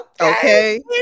Okay